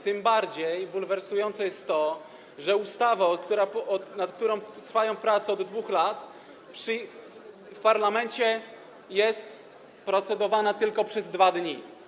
Tym bardziej bulwersujące jest to, że ustawa, nad którą trwają od 2 lat prace w parlamencie, jest procedowana tylko przez 2 dni.